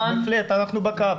אנחנו בקו.